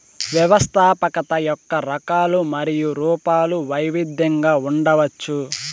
వ్యవస్థాపకత యొక్క రకాలు మరియు రూపాలు వైవిధ్యంగా ఉండవచ్చు